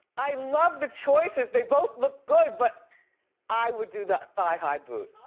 i love the choices. they both look good, but i would do the thigh-high boot.